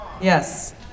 Yes